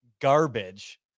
garbage